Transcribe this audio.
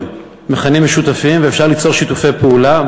מכנים משותפים ואפשר ליצור שיתופי פעולה.